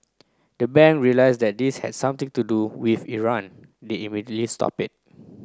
the bank realised that this had something to do with Iran they immediately stopped it